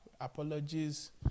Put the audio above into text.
apologies